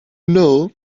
know